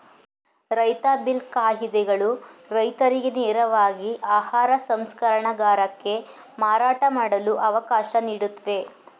ರೈತ ಬಿಲ್ ಕಾಯಿದೆಗಳು ರೈತರಿಗೆ ನೇರವಾಗಿ ಆಹಾರ ಸಂಸ್ಕರಣಗಾರಕ್ಕೆ ಮಾರಾಟ ಮಾಡಲು ಅವಕಾಶ ನೀಡುತ್ವೆ